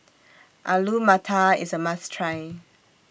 Alu Matar IS A must Try